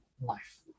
life